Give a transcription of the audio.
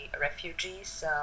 refugees